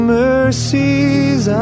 mercies